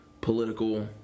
political